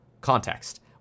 context